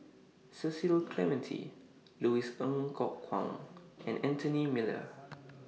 Cecil Clementi Louis Ng Kok Kwang and Anthony Miller